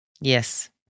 Yes